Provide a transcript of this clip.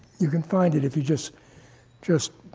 you can find it if you just just